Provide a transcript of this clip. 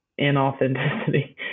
inauthenticity